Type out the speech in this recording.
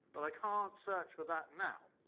but i can't search for that now.